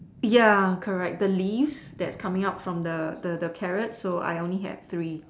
ya correct the leaves that's coming out from the the carrot so I only have three